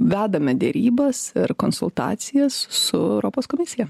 vedame derybas ir konsultacijas su europos komisija